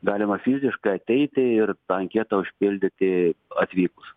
galima fiziškai ateiti ir tą anketą užpildyti atvykus